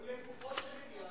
ולגופו של עניין?